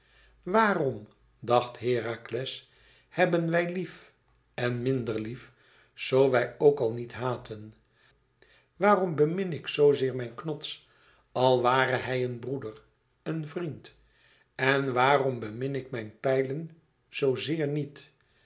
waarom dacht herakles hebben wij lief en minder lief zoo wij ook al niet haten waarom bemin ik zoo zeer mijn knots als ware hij een broeder een vriend en waarom bemin ik mijn pijlen zoo zeer niet